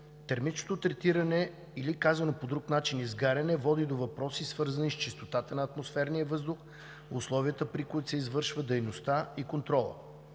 Термичното третиране или казано по друг начин „изгаряне“ води до въпросите, свързани с чистотата на атмосферния въздух, условията, при които се извършва дейността и контролът.